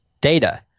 data